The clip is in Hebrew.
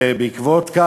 ובעקבות זאת,